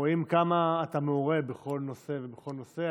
רואים כמה אתה מעורה בכל נושא ונושא,